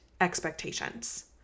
expectations